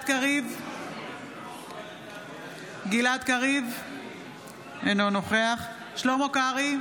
גלעד קריב, אינו נוכח שלמה קרעי,